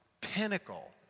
pinnacle